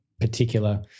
particular